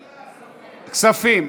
כספים.